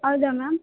ಹೌದ ಮ್ಯಾಮ್